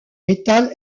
métal